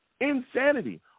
Insanity